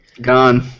Gone